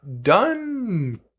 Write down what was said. done